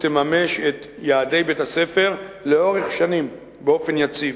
ותממש את יעדי בית-הספר לאורך שנים, באופן יציב.